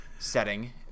setting